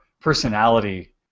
personality